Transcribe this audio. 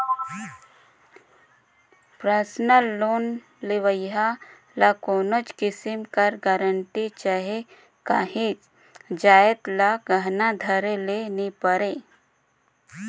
personal loan लेहोइया ल कोनोच किसिम कर गरंटी चहे काहींच जाएत ल गहना धरे ले नी परे